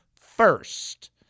first